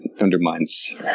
undermines